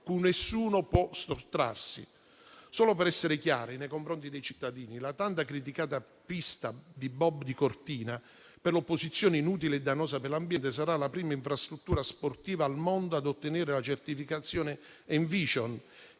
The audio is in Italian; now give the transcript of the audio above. cui nessuno può sottrarsi. Solo per essere chiari nei confronti dei cittadini, la tanta criticata pista di bob di Cortina, che per l'opposizione è inutile e dannosa per l'ambiente, sarà la prima infrastruttura sportiva al mondo ad ottenere la certificazione Envision,